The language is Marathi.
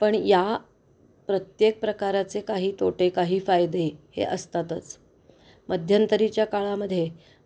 पण या प्रत्येक प्रकाराचे काही तोटे काही फायदे हे असतातच मध्यंतरीच्या काळामध्ये